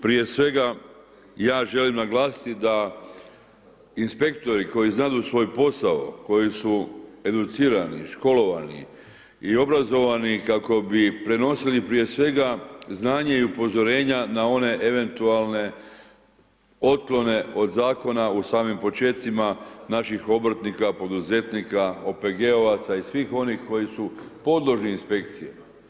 Prije svega ja želim naglasiti da inspektori koji znadu svoj posao, koji su educirani, školovani i obrazovani kako bi prenosili prije svega znanje i upozorenja na one eventualne otklone od zakona u samim počecima naših obrtnika, poduzetnika, OPG-ovaca i svih onih koji su podložni inspekciji.